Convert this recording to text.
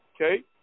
okay